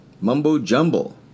Mumbo-jumbo